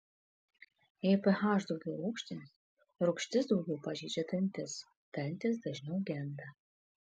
jei ph daugiau rūgštinis rūgštis daugiau pažeidžia dantis dantys dažniau genda